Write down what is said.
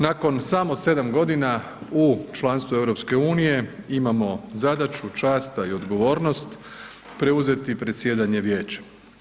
Nakon samo 7.g. u članstvu EU imamo zadaću, čast i odgovornost preuzeti predsjedanje Vijećem.